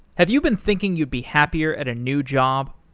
have you been thinking you'd be happier at a new job?